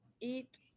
eat